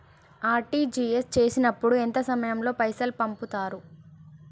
RTGS చేసినప్పుడు ఎంత సమయం లో పైసలు పంపుతరు?